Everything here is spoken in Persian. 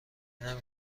نمی